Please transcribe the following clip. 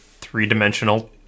three-dimensional